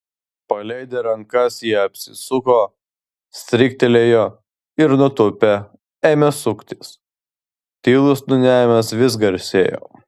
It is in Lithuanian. paleidę rankas jie apsisuko stryktelėjo ir nutūpę ėmė suktis tylus niūniavimas vis garsėjo